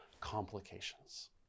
complications